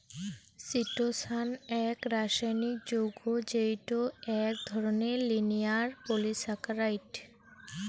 chitosan এক রাসায়নিক যৌগ্য যেইটো এক ধরণের লিনিয়ার পলিসাকারাইড